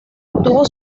obtuvo